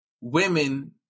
women